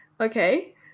Okay